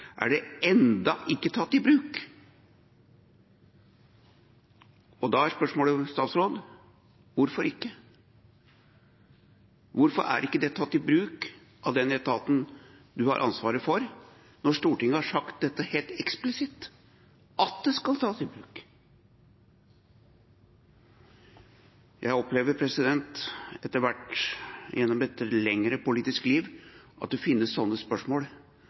er det enda ikke tatt i bruk. Da er spørsmålet til statsråden: Hvorfor er ikke det tatt i bruk av den etaten statsråden har ansvaret for, når Stortinget har sagt helt eksplisitt at det skal tas i bruk? Jeg opplever etter hvert gjennom et langt politisk liv at det finnes slike spørsmål